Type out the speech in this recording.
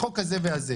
החוק הזה והזה.